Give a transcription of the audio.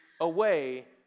away